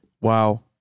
Wow